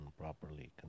properly